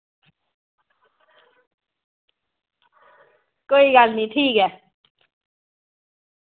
कोई गल्ल नी ठीक ऐ